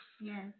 Yes